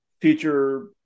future